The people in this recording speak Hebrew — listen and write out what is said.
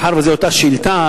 מאחר שזו אותה שאילתא,